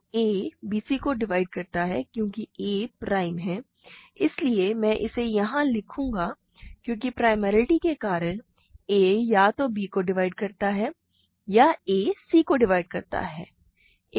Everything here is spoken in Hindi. तो a bc को डिवाइड करता है क्योंकि a प्राइम है इसलिए मैं इसे यहाँ लिखूंगा क्योंकि प्राईमेलिटी के कारण a या तो b को डिवाइड करता है या a c को डिवाइड करता है